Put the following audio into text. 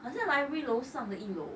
很像 library 楼上得一楼